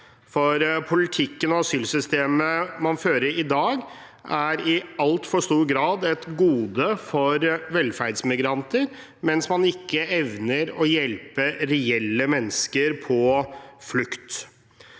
Politikken og asylsystemet man fører i dag, er i for stor grad et gode for velferdsmigranter, mens man ikke evner å hjelpe reelle mennesker på flukt.